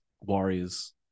Warriors